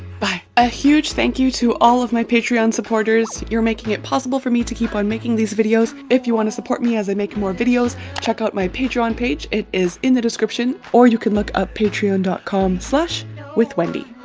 bye ah huge thank you to all of my patreon supporters you're making it possible for me to keep on making these videos if you want to support me as i make more videos check out my patreon page it is in the description or can look up patreon dot com slash with wendy